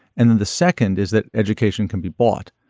and then the second is that education can be bought.